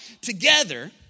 together